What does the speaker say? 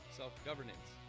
self-governance